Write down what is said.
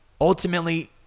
ultimately